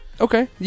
Okay